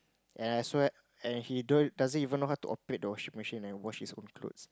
and I swear and he don't doesn't even know how to operate the washing machine and wash his own clothes